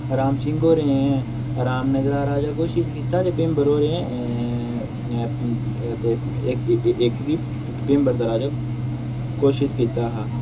राम सिंह होरें ई रामनगरा राजा घोशित कीता ते भिंबर होरें ते इक गी इक गी भिंबर दा राजा घोशित कीता हा